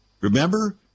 Remember